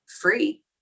free